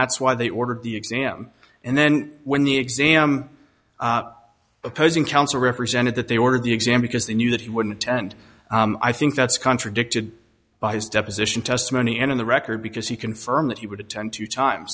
that's why they ordered the exam and then when the exam opposing counsel represented that they ordered the exam because they knew that he wouldn't attend i think that's contradicted by his deposition testimony and on the record because he confirmed that he would attend two time